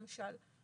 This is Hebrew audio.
למשל.